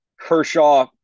Kershaw